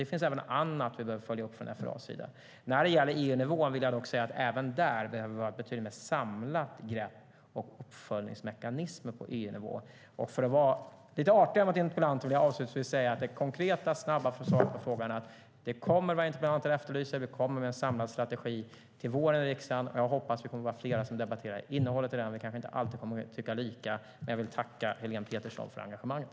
Det finns också annat vi behöver följa upp som påpekas från FRA:s sida. Vad gäller EU-nivån behöver vi även där ta ett betydligt mer samlat grepp och ha bättre uppföljningsmekanismer. För att vara lite artig mot interpellanten vill jag avslutningsvis säga att det konkreta, korta svaret på frågan är att det som interpellanten efterlyser kommer. Vi kommer i vår med en samlad strategi till riksdagen. Jag hoppas att vi då är många som debatterar den. Vi kanske inte alltid tycker lika om innehållet, men jag vill tacka Helene Petersson för engagemanget.